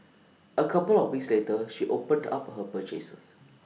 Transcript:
A couple of weeks later she opened up her purchases